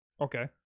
Okay